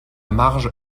marge